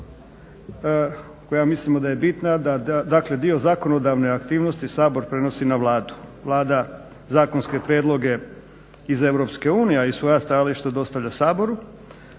koja mislimo da je bitna, dakle dio zakonodavne aktivnosti Sabor prenosi na Vladu. Vlada zakonske prijedloge iz EU a i svoja stajališta dostavlja Saboru,